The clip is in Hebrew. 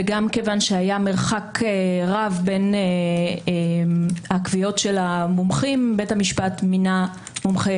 מכיוון שהיה מרחק רב בין הקביעות של המומחים בית המשפט מינה מומחה